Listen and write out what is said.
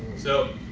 so,